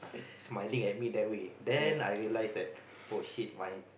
smiling at me that way then I realise oh shit my